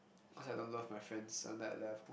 cause I don't love my friends on that level